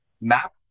map